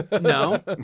No